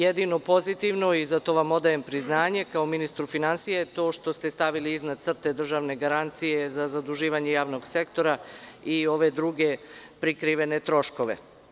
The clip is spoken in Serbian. Jedino pozitivno, i za to vam odajem priznanje kao ministru finansija, je to što ste stavili iznad crte državne garancije za zaduživanje javnog sektora i ove druge prikrivene troškove.